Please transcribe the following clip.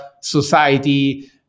society